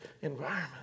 environment